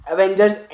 Avengers